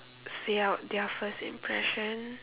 say out their first impression